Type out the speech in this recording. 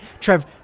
Trev